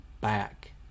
back